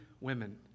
women